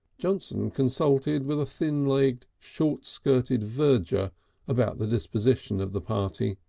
johnson consulted with a thin-legged, short-skirted verger about the disposition of the party.